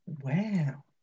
Wow